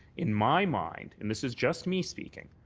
in my mind, and this is just me speaking,